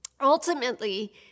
Ultimately